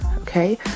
okay